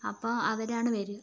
അപ്പം അവരാണ് വരിക